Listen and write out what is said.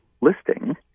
listing